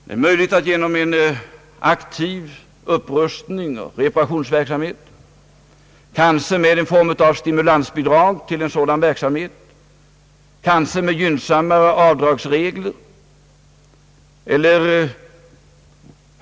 Det är möjligt att vi kan lösa upp en del av dessa knutar genom en aktiv upprustning av reparationsverksamheten med någon form av stimulansbidrag till en sådan verksamhet, kanske med gynnsammare avdragsregler.